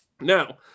now